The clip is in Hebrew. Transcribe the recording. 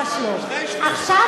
שני-שלישים, עכשיו,